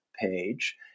page